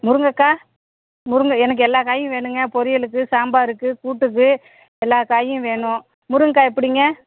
முருங்கக்காய் முருங்க எனக்கு எல்லா காயும் வேணுங்க பொரியலுக்கு சாம்பாருக்கு கூட்டுக்கு எல்லா காயும் வேணும் முருங்கக்காய் எப்படிங்க